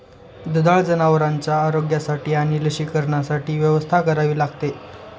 दुधाळ जनावरांच्या आरोग्यासाठी आणि लसीकरणासाठी व्यवस्था करावी लागते